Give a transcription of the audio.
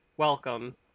welcome